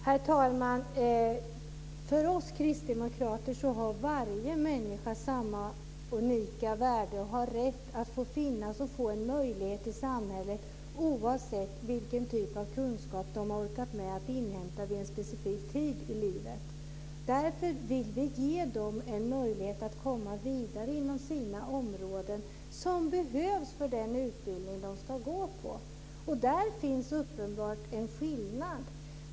Herr talman! För oss kristdemokrater har varje människa samma unika värde. Man har samma rätt att finnas och få en möjlighet i samhället oavsett vilken typ av kunskap man orkat med att inhämta vid en specifik tid i livet. Därför vill vi ge människor den möjlighet att komma vidare inom sina områden som behövs för den utbildning de ska gå på. Här finns uppenbart en skillnad.